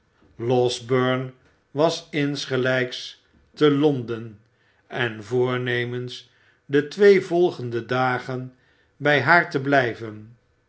losberne was insgelijks te londen en voornemens de twee volgende dagen bij haar te blijven